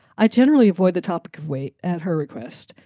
i generally avoid the topic of weight at her request.